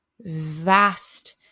vast